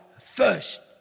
first